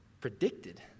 predicted